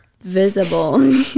visible